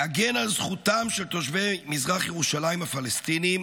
להגן על זכותם של תושבי מזרח ירושלים הפלסטינים